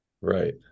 Right